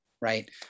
right